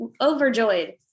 overjoyed